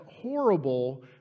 horrible